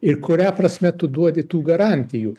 ir kuria prasme tu duodi tų garantijų